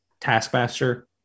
Taskmaster